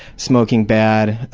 smoking bad.